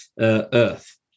earth